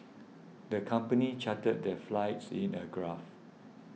the company charted their flies in a graph